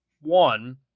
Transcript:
one